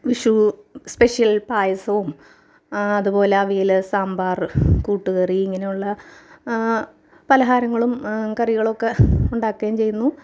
Vishu special പായസവും അതുപോലെ അവിയൽ സാമ്പാർ കൂട്ടുകറി ഇങ്ങനെയുള്ള പലഹാരങ്ങളും കറികളൊക്കെ ഉണ്ടാക്കുകയും ചെയ്യുന്നു